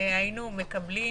היינו מקבלים